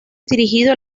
dirigido